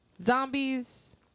Zombies